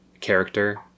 character